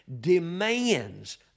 demands